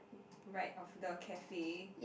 right of the cafe